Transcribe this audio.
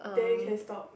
then you can stop